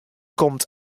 komt